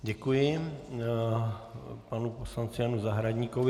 Děkuji panu poslanci Janu Zahradníkovi.